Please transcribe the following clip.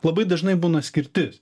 labai dažnai būna skirtis